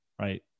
Right